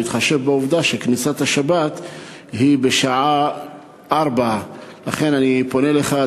בהתחשב בעובדה שכניסת השבת היא בשעה 16:00. לכן אני פונה אליך,